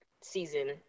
season